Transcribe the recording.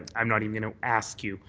i am not even going to ask you.